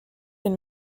une